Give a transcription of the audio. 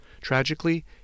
Tragically